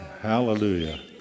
Hallelujah